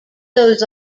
goes